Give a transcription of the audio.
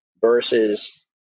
versus